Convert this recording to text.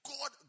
God